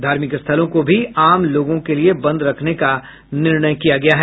धार्मिक स्थलों को भी आम लोगों के लिए बंद रखने का निर्णय किया गया है